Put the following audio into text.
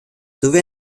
sowie